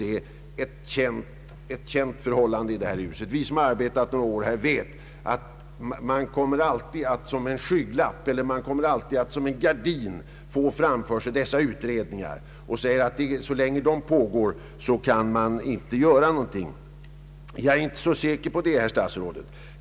Det är ett känt förhållande för oss som arbetat några år i detta hus att utredningar brukar användas som förevändning för att man inte kan göra något så länge de pågår. Jag är inte så säker på att det gäller i detta fall, herr statsråd.